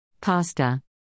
Pasta